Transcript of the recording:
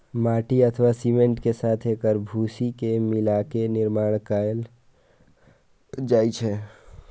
माटि अथवा सीमेंट के साथ एकर भूसी के मिलाके निर्माण कार्य कैल जाइ छै